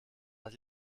als